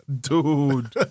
Dude